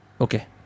Okay